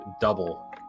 double